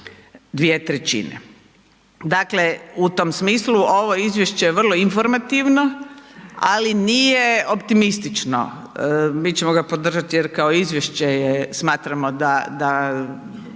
dakle u tom smislu ovo izvješće je vrlo informativno, ali nije optimistično, mi ćemo ga podržat jer kao izvješće je, smatramo da,